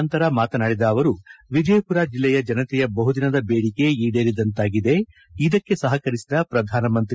ನಂತರ ಮಾತನಾಡಿದ ಅವರು ವಿಜಯಪುರ ಜಿಲ್ಲೆಯ ಜನತೆಯ ಬಹು ದಿನದ ಬೇಡಿಕೆ ಈಡೇರಿದಂತಾಗಿದೆ ಇದಕ್ಕೆ ಸಹಕರಿಸಿದ ಪ್ರಧಾನಮಂತ್ರಿ